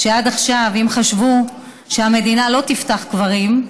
עד עכשיו, אם חשבו שהמדינה לא תפתח קברים,